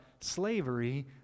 slavery